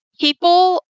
people